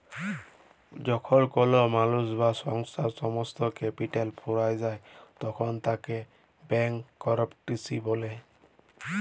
যখল কল মালুস বা সংস্থার সমস্ত ক্যাপিটাল ফুরাঁয় যায় তখল তাকে ব্যাংকরূপটিসি ব্যলে